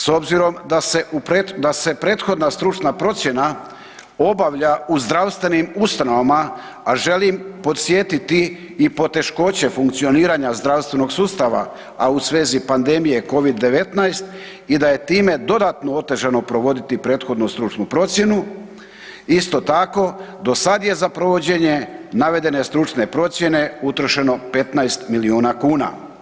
S obzirom da se prethodna stručna procjena obavlja u zdravstvenim ustanovama, a želim podsjetiti i poteškoće funkcioniranja zdravstvenog sustava, a u svezi pandemije Covid-19 i da je time dodatno otežano provoditi prethodnu stručnu procjenu, isto tako, do sad je za provođenje navedene stručne procjene utrošeno 15 milijuna kuna.